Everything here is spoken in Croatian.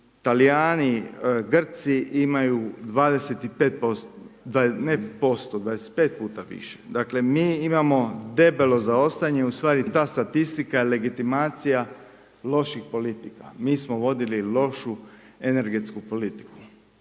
Talijani, Grci, imaju 25, ne posto 25 puta više. Dakle, mi imamo debelo zaostajanje ustvari ta statistika je legitimacija loših politika. Mi smo vodili lošu energetsku politiku.